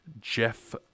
Jeff